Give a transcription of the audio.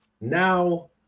Now